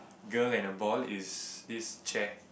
girl and a boy is this chair